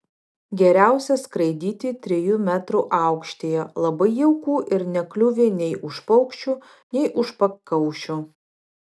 geriausia skraidyti trijų metrų aukštyje labai jauku ir nekliūvi nei už paukščių nei už pakaušių